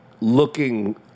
looking